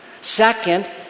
Second